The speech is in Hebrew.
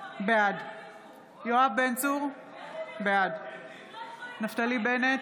נגד יואב בן צור, בעד נפתלי בנט,